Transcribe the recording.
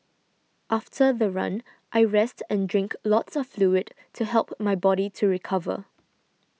after the run I rest and drink lots of fluid to help my body to recover